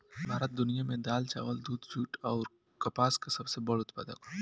भारत दुनिया में दाल चावल दूध जूट आउर कपास के सबसे बड़ उत्पादक ह